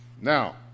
Now